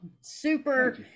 Super